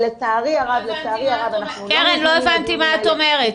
לא הבנתי מה את אומרת.